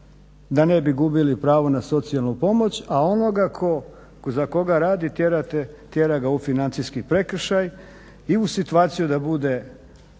da ne bi gubili pravo na socijalnu pomoć, a onoga za koga radi tjera ga u financijski prekršaj i u situaciju da bude